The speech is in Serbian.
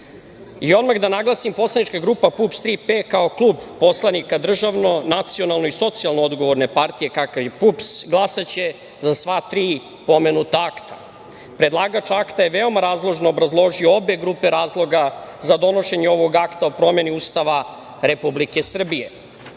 da naglasim, Poslanička grupa PUPS „Tri P“ kao klub poslanika državno, nacionalno i socijalno odgovorne partije, kakav je PUPS, glasaće za sva tri pomenuta akta. Predlagač akta je veoma razložno obrazložio obe grupe razloga za donošenje ovog Akta o promeni Ustava Republike Srbije.